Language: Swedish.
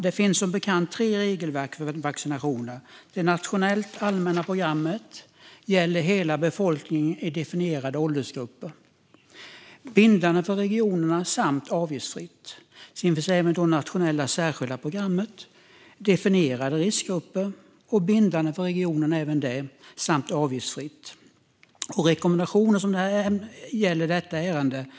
Det finns som bekant tre regelverk för vaccinationer. Det finns ett nationellt allmänt program som gäller hela befolkningen i definierade åldersgrupper. Det är bindande för regionerna samt avgiftsfritt. Det finns även ett nationellt särskilt program för definierade riskgrupper som även är bindande för regionerna samt avgiftsfritt. Och det finns rekommendationer, som detta ärende gäller.